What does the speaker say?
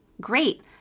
great